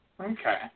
Okay